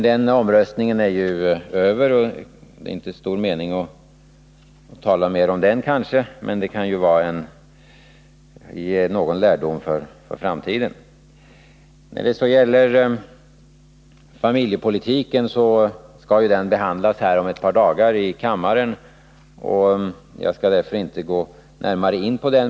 Den omröstningen är nu över, och det är inte stor mening att tala mer om den kanske, men det kan ju ge någon lärdom för framtiden. Familjepolitiken skall ju behandlas om ett par dagar här i kammaren, varför jag inte skall gå närmare in på den.